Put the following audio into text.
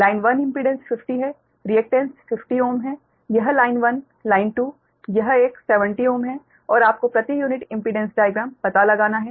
line 1 impedance 50 है reactance 50 Ω है यह लाइन 1 लाइन 2 यह एक 70 Ω है और आपको प्रति यूनिट इम्पीडेंस डाइग्राम पता लगाना है